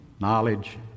knowledge